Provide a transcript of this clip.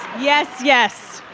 yes, yes.